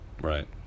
Right